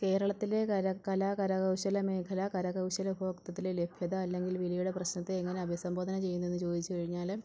കേരളത്തിലെ കല കരകൗശല മേഖല കരകൗശല ഉപഭോഗത്തിലെ ലഭ്യത അല്ലെങ്കിൽ വിലയുടെ പ്രശ്നത്തെ എങ്ങനെ അഭിസംബോധന ചെയ്യുന്നുവെന്ന് ചോദിച്ചു കഴിഞ്ഞാൽ